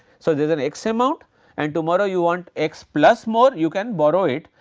so there is an x amount and tomorrow you want x plus more you can borrow it,